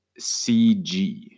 CG